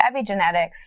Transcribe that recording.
epigenetics